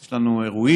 יש לנו אירועים,